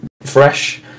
fresh